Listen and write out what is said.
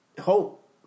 hope